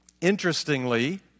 Interestingly